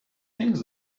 things